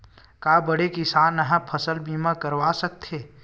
का बड़े किसान ह फसल बीमा करवा सकथे?